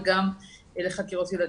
וגם לחקירות ילדים.